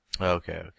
Okay